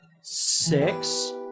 six